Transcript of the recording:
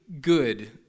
good